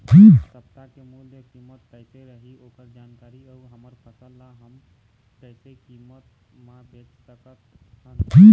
सप्ता के मूल्य कीमत कैसे रही ओकर जानकारी अऊ हमर फसल ला हम कैसे कीमत मा बेच सकत हन?